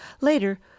Later